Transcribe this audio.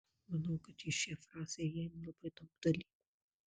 manau kad į šią frazę įeina labai daug dalykų